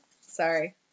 Sorry